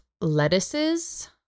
lettuces